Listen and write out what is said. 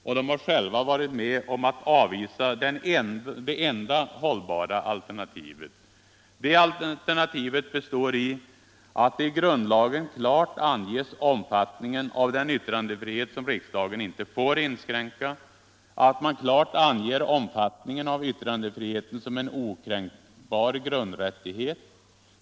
Och de har själva varit med om att avvisa det enda hållbara alternativet! Det alternativet består i att i grundlagen klart anges omfattningen av den yttrandefrihet som riksdagen inte får inskränka och att omfattningen av yttrandefriheten klart anges som en okränkbar grundrättighet.